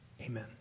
Amen